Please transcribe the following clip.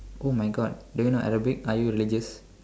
oh my god do you know arabic are you religious